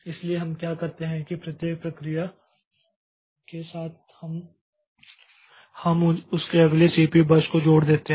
इसलिए हम क्या करते हैं कि प्रत्येक प्रक्रिया के साथ हम उसके अगले सीपीयू बर्स्ट को जोड़ देते हैं